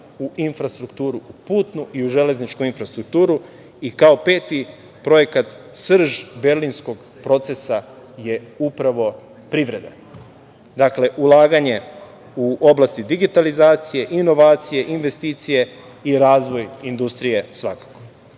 u infrastrukturu, u putnu i u železničku infrastrukturu.I kao peti projekat, srž berlinskog procesa je upravo privreda. Dakle, ulaganje u oblasti digitalizacije, inovacije, investicije i razvoj industrije